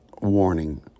warning